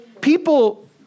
People